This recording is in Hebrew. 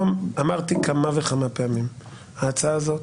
אמרתי כמה וכמה פעמים שההצעה הזאת,